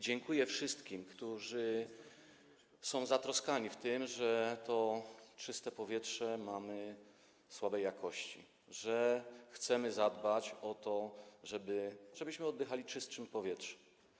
Dziękuję wszystkim, którzy są zatroskani z tego powodu, że to czyste powietrze mamy słabej jakości, że chcemy zadbać o to, żebyśmy oddychali czystszym powietrzem.